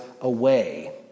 away